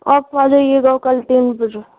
آپ آ جائیے گا کل تین بجے